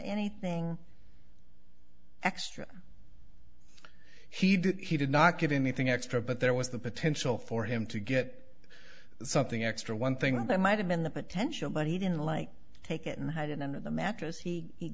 anything extra he did he did not give anything extra but there was the potential for him to get something extra one thing that might have been the potential but he didn't like to take it and hide it under the mattress he